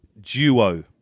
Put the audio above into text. Duo